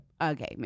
Okay